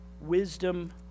wisdom